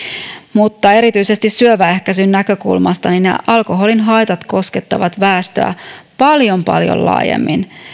mutta erityisesti syövän ehkäisyn näkökulmasta alkoholin haitat koskettavat väestöä paljon paljon laajemmin